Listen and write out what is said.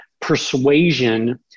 persuasion